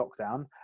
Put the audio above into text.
lockdown